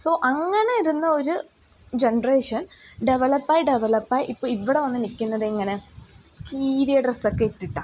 so അങ്ങനെ ഇരുന്ന ഒരു ജൻറേഷൻ ഡെവലപ്പായി ഡെവലപ്പായി ഇപ്പം ഇവിടെ വന്നു നിൽക്കുന്നത് എങ്ങനെ കീറിയ ഡ്രസ്സൊക്കെ ഇട്ടിട്ടാണോ